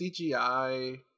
CGI